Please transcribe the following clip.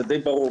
זה די ברור,